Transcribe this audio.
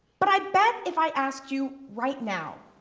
but i bet if i ask you right now,